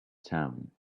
town